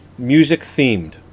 Music-themed